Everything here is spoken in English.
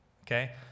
Okay